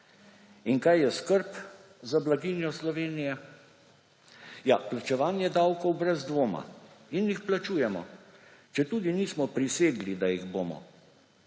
Kaj je skrb za blaginjo Slovenije? Ja plačevanje davkov brez dvoma in jih plačujemo, četudi nismo prisegli, da jih bomo.